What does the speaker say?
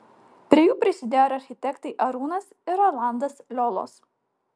prie jų prisidėjo ir architektai arūnas ir rolandas liolos